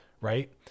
right